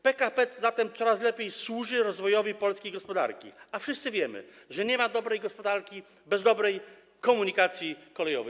PKP coraz lepiej służy rozwojowi polskiej gospodarki, a wszyscy wiemy, że nie ma dobrej gospodarki bez dobrej komunikacji kolejowej.